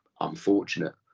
unfortunate